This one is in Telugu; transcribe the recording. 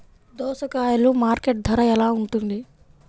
దోసకాయలు మార్కెట్ ధర ఎలా ఉంటుంది?